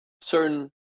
certain